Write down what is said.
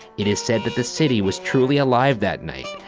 it is said that the city was truly alive that night,